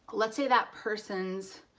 let's say that person's,